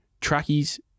trackies